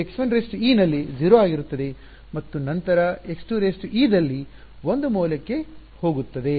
ಆದ್ದರಿಂದ ಇದು x1e ನಲ್ಲಿ 0 ಆಗಿರುತ್ತದೆ ಮತ್ತು ನಂತರ x2e ದಲ್ಲಿ 1 ಮೌಲ್ಯಕ್ಕೆ ಹೋಗುತ್ತದೆ